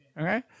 Okay